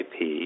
IP